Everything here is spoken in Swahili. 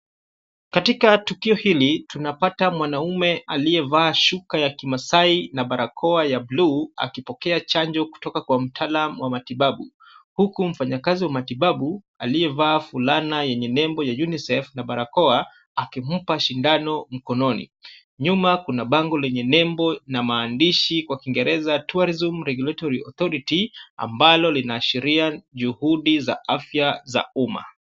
Katika tukio hili, tunapata mwanaume aliyevaa shuka ya kimaasai na barakoa ya blue akipokea chanjo